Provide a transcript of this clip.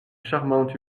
charmante